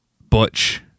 Butch